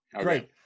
great